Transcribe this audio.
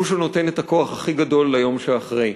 הוא שנותן את הכוח הכי גדול ליום שאחרי.